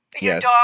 Yes